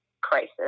crisis